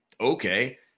okay